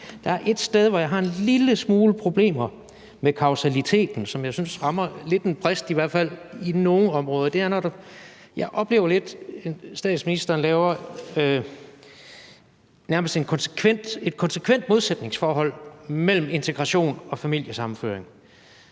Der er ét sted, hvor jeg har en lille smule problemer med kausaliteten, som jeg synes lidt har en brist, i hvert fald på nogle områder. Jeg oplever, at statsministeren nærmest laver et konsekvent modsætningsforhold mellem integration og familiesammenføring.